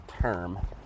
term